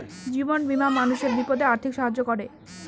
জীবন বীমা মানুষের বিপদে আর্থিক সাহায্য করে